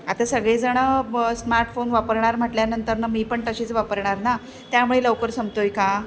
आता सगळेजणं ब स्मार्टफोन वापरणार म्हटल्यानंतर न मी पण तशीच वापरणार ना त्यामुळे लवकर संपतो आहे का